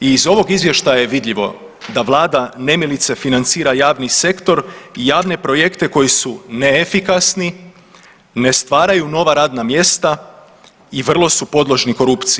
I iz ovog izvještaja je vidljivo da vlada nemilice financira javni sektor i javne projekte koji su neefikasni, ne stvaraju nova radna mjesta i vrlo su podložni korupciji.